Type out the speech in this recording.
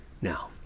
Now